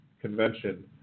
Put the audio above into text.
convention